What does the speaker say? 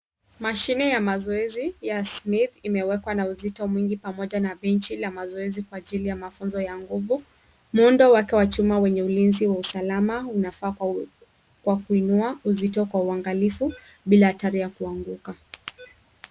Mashine ya mazoezi ya Smith imewekwa na uzito mwingi pamoja na benchi la mazoezi kwa ajili ya mafunzo ya nguvu. Muundo wake wa chuma wenye ulinzi wa usalama unafaa kwa kuinua uzito kwa uangalifu bila hatari ya kuanguka.